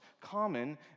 common